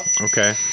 Okay